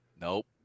Nope